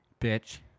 Bitch